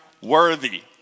worthy